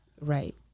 Right